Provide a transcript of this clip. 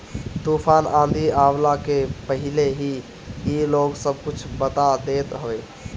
तूफ़ान आंधी आवला के पहिले ही इ लोग सब कुछ बता देत हवे